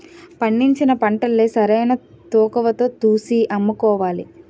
పండించిన పంటల్ని సరైన తూకవతో తూసి అమ్ముకోవాలి